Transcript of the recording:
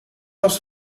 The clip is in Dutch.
was